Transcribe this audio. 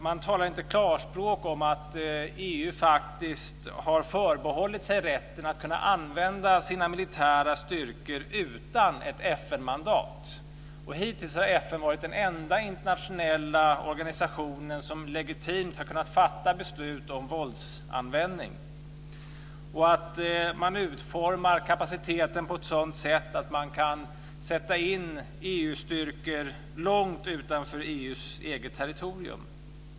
Man talar inte klarspråk om att EU faktiskt har förbehållit sig rätten att kunna använda sina militära styrkor utan ett FN mandat. Hittills har ju FN varit den enda internationella organisationen som legitimt har kunnat fatta beslut om våldsanvändning. Vidare utformar man kapaciteten på ett sådant sätt att EU-styrkor kan sättas in långt utanför EU:s eget territorium.